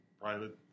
private